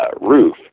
roof